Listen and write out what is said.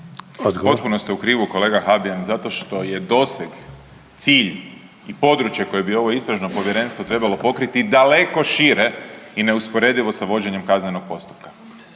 Potpuno ste u krivu kolega Habijan zato što je doseg, cilj i područje koje bi ovo Istražno povjerenstvo trebalo pokriti daleko šire i neusporedivo sa vođenjem kaznenog postupka.